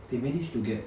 they managed to get